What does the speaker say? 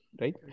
Right